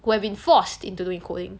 who have been forced into doing coding